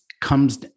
comes